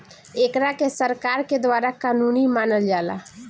एकरा के सरकार के द्वारा कानूनी मानल जाला